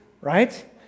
right